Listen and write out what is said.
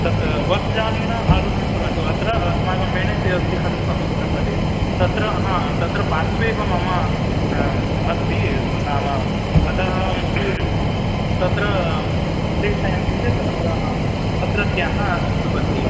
तत् बस्यानेन आरोहणं कुर्वन्तु अत्र अस्माकं मेणसे अस्ति खलु संस्कृतकालेज् तत्र हा तत्र पार्श्वे एव मम अस्ति नाम अतः तत्र प्रेषयन्ति चेत् अत्र अत्रत्याः स्वीकुर्वन्ति इति